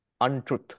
untruth